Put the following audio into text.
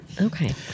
Okay